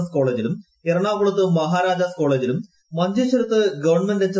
S കോളേജിലും എറണാകുളത്ത് മഹാരാജാസ് കോളേജിലും മഞ്ചേശ്വരത്ത് ഗവൺമെന്റ് എച്ച്